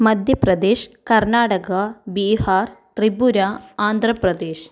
Madhya Pradesh Karnataka Bihar Tripura Andhra Pradesh